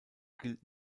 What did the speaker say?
gilt